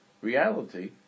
reality